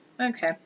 Okay